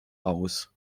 aus